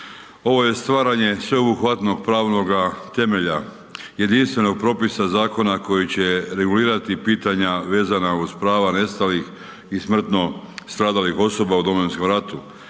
Ovo je stvaranje sveobuhvatnog pravnoga temelja, jedinstvenog propisa zakona koji će regulirati pitanja vezana uz prava nestalih i smrtno stradalih osoba u Domovinskom ratu